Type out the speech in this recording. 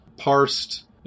Parsed